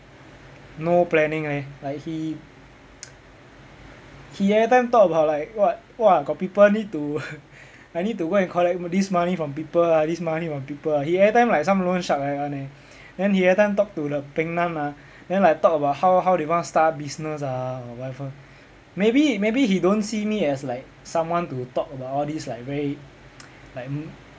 no planning leh like he he everytime talk about like what !wah! got people need to like need to go and collect this money from people ah this money from people ah he everytime like some loan shark like that [one] eh then he everytime talk to the peng nam ah then like talk about how how they want start business ah or whatever maybe maybe he don't see me as like someone to talk about all this like very like